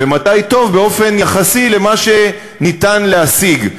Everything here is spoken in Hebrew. ומתי טוב באופן יחסי למה שאפשר להשיג,